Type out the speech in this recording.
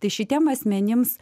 tai šitiem asmenims